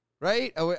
right